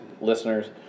Listeners